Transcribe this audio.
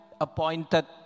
appointed